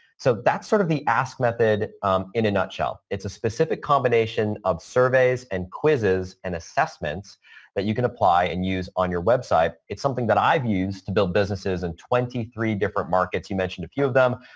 so, that's sort of the ask method in a nutshell. it's a specific combination of surveys and quizzes and assessments that you can apply and use on your website. it's something that i've used to build businesses in twenty three different markets. you mentioned a few of them.